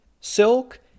Silk